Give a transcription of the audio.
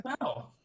Wow